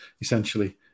essentially